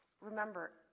Remember